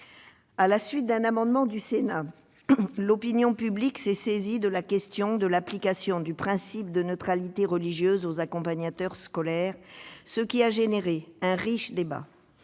À la suite d'un amendement déposé au Sénat, l'opinion publique s'est saisie d'une autre question : l'application du principe de neutralité religieuse aux accompagnateurs scolaires, qui a suscité un riche débat.